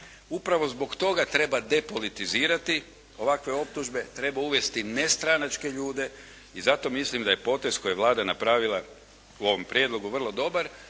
Upravo zbog toga treba depolitizirati ovakve optužbe, treba uvesti nestranačke ljude i zato mislim da je potez koji je Vlada napravila u ovom prijedlogu vrlo dobar